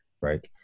right